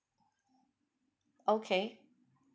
okay